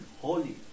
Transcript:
holy